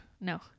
No